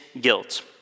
guilt